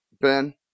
Ben